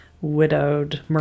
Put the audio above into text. widowed